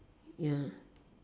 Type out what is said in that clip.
ya